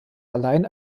allein